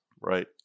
right